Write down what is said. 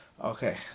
Okay